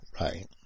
Right